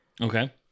Okay